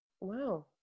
Wow